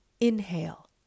inhale